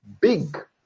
big